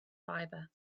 fibre